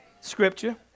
scripture